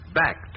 back